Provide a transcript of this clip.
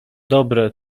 dobre